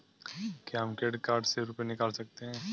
क्या हम credit card से रुपये निकाल सकते हैं?